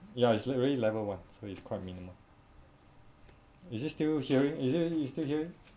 ya it's like really level one so it's quite minimal is it still hearing is it you still hear